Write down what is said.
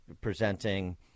presenting